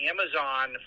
Amazon